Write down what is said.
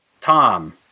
Tom